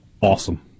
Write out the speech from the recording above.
awesome